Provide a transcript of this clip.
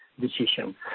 decision